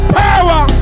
power